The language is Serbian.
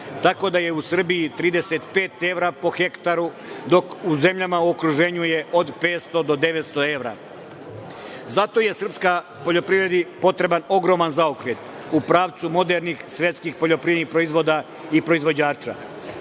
tako da je u Srbiji 35 evra po hektaru, dok u zemljama u okruženju je od 500 do 900 evra. Zato je srpskoj poljoprivredi potreban ogroman zaokret u pravcu modernih svetskih poljoprivrednih proizvoda i proizvođača,